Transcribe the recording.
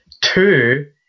two